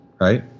right